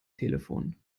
telefon